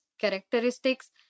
characteristics